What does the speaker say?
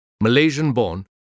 Malaysian-born